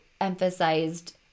emphasized